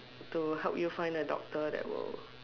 to help you find a doctor that will